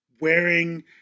wearing